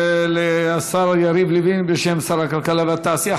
תודה לשר יריב לוין, שענה בשם שר הכלכלה והתעשייה.